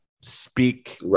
speak